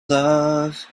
love